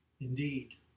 Indeed